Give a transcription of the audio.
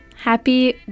Happy